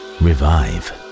revive